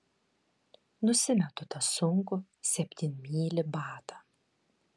nusimetu tą sunkų septynmylį batą